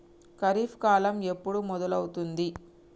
ఖరీఫ్ కాలం ఎప్పుడు మొదలవుతుంది?